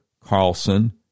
Carlson